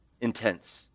intense